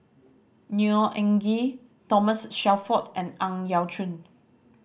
Neo Anngee Thomas Shelford and Ang Yau Choon